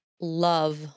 love